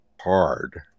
hard